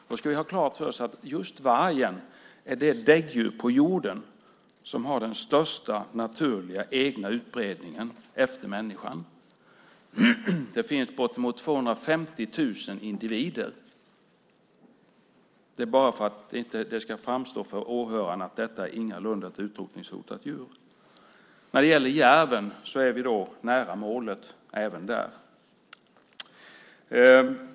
Vi ska ha klart för oss att just vargen är det däggdjur på jorden som har den största naturliga egna utbredningen efter människan. Det finns bortemot 250 000 individer. Jag säger detta för att det ska framgå för åhörarna att detta ingalunda är ett utrotningshotat djur. Även järven är nära målet.